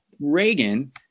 Reagan